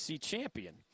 champion